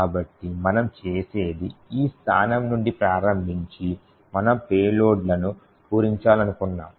కాబట్టి మనము చేసేది ఈ స్థానం నుండి ప్రారంభించి మన పేలోడ్లను పూరించాలనుకుంటున్నాము